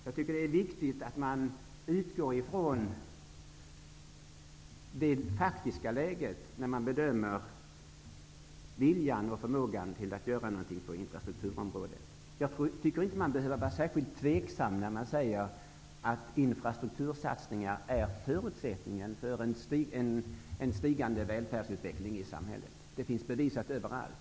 Jag tycker att det är viktigt att man utgår från det faktiska läget när man bedömer viljan och förmågan till att göra någonting på infrastrukturområdet. Jag tycker inte att man behöver vara särskilt tveksam när man säger att infrastruktursatsningar är förutsättningen för en stigande välfärdsutveckling i samhället. Det finns bevisat överallt.